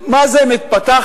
מה זה מתפתחת,